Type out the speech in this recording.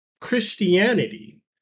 Christianity